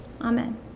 Amen